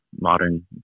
modern